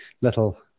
little